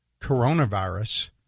coronavirus